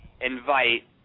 invite